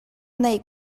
ngeih